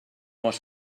was